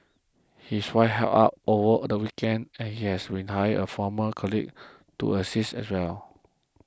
his wife helps out over the weekends and he has rehired a former colleague to assist as well